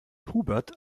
hubert